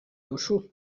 duzu